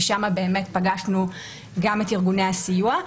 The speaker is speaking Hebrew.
ושם פגשנו את ארגוני הסיוע.